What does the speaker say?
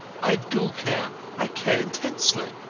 i do care. i care intensely.